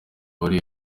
wari